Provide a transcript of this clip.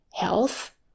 health